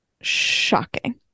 shocking